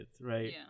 right